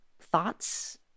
thoughts